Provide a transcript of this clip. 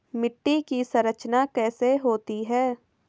मिट्टी की संरचना कैसे होती है?